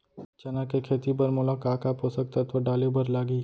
चना के खेती बर मोला का का पोसक तत्व डाले बर लागही?